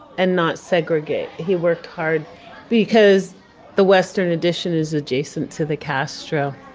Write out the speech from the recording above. and not segregate. he worked hard because the western addition is adjacent to the castro.